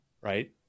Right